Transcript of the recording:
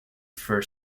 for